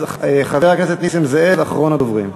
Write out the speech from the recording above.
אז חבר הכנסת נסים זאב, אחרון הדוברים.